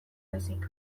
baizik